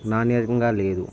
నాణ్యతంగా లేదు